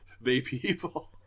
They-People